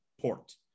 port